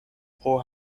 pro